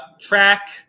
track